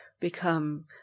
become